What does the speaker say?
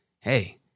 hey